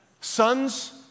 Sons